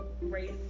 race